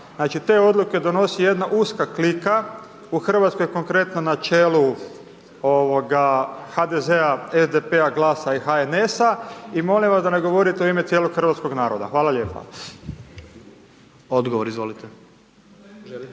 znači, te odluke donosi jedna uska klika, u RH konkretno na čelu HDZ-a, SDP-a, GLAS-a i HNS-a i molim da ne govorite u ime cijelog hrvatskog naroda. Hvala lijepa. **Jandroković,